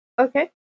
Okay